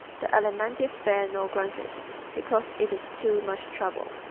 the alimentive bears no grudges because it is too much trouble.